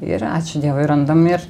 ir ačiū dievui randam ir